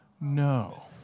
No